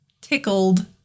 tickled